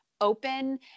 open